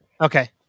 Okay